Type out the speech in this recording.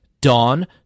Dawn